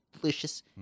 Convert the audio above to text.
delicious